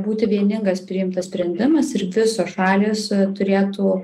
būti vieningas priimtas sprendimas ir visos šalys turėtų